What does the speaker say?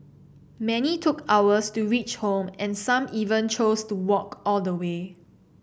many took hours to reach home and some even chose to walk all the way